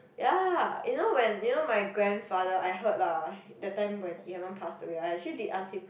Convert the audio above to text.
ya you know when you know my grandfather I heard lah that time when he haven't pass away I actually did ask him